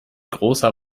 großer